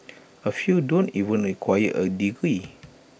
A few don't even require A degree